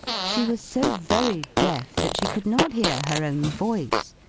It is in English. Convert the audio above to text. she was so very deaf that she could not hear her own voice,